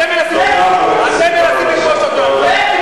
אתם מנסים לכבוש אותנו.